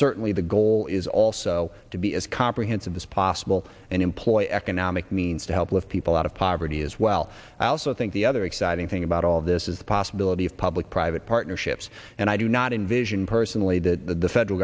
certainly the goal is also to be as comprehensive as possible and employ economic means to help lift people out of poverty as well i also think the other exciting thing about all of this is the possibility of public private partnerships and i do not envision personally the federal